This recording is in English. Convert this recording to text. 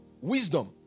Wisdom